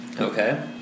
Okay